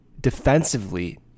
defensively